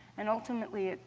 and ultimately,